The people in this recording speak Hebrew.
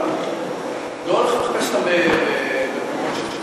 לא לחפש אותם במקומות של,